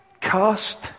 Cast